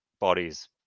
bodies